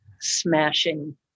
smashing